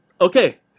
okay